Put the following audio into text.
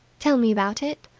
tell me about it.